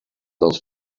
dels